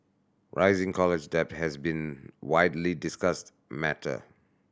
rising college debt has been widely discussed matter